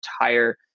entire